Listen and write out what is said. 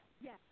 Yes